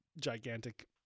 gigantic